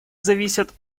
зависят